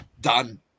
done